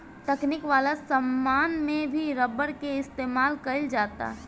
तकनीक वाला समान में भी रबर के इस्तमाल कईल जाता